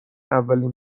اولین